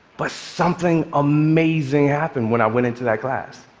but something amazing happened when i went into that class.